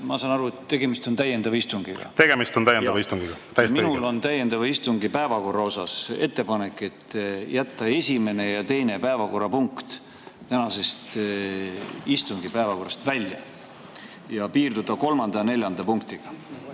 istungiga. Tegemist on täiendava istungiga, täiesti õige. Minul on täiendava istungi päevakorra kohta ettepanek jätta esimene ja teine päevakorrapunkt tänase istungi päevakorrast välja ja piirduda kolmanda ja neljanda punktiga.